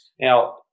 Now